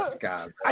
God